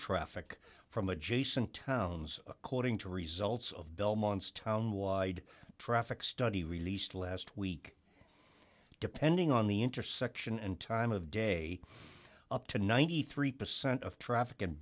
traffic from adjacent towns according to results of belmont's town wide traffic study released last week depending on the intersection and time of day up to ninety three percent of traffic